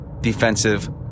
Defensive